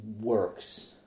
works